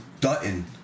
Dutton